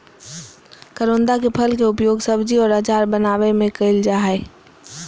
करोंदा के फल के उपयोग सब्जी और अचार बनावय में कइल जा हइ